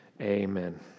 amen